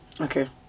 Okay